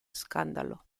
scandalo